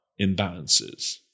imbalances